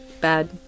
bad